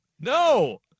No